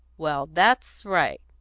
well, that's right.